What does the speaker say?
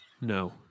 No